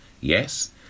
yes